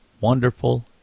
Wonderful